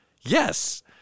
yes